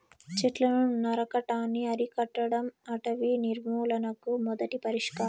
చెట్లను నరకటాన్ని అరికట్టడం అటవీ నిర్మూలనకు మొదటి పరిష్కారం